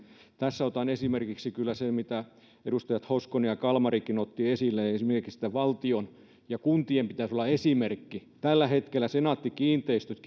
tässä otan esimerkiksi kyllä sen mitä edustajat hoskonen ja kalmarikin ottivat esille että esimerkiksi valtion ja kuntien pitäisi olla esimerkki tällä hetkellä senaatti kiinteistöt